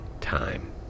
time